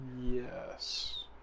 Yes